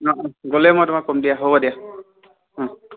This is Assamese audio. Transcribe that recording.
অঁ গ'লে মই তোমাক ক'ম দিয়া হ'ব দিয়া